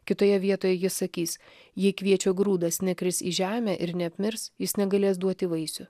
kitoje vietoje jis sakys jei kviečio grūdas nekris į žemę ir neapmirs jis negalės duoti vaisių